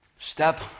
Step